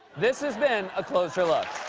this has been a closer look.